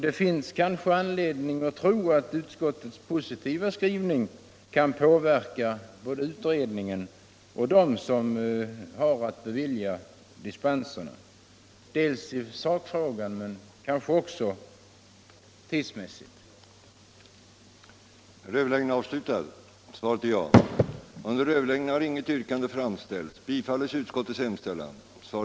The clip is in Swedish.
Det finns kanske anledning att tro att utskottets positiva skrivning kan påverka både utredningen och dem som har att bevilja dispenserna — dels i sakfrågan, dels tidsmässigt. a) alt personaltätheten fick sådana dimensioner att reella möjligheter morskor och gravida kvinnor. c) att samarbetet utvidgades mellan mödravårdsoch barnavårdscentralerna. lossningsklinikerna dygnet runt.